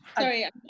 sorry